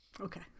Okay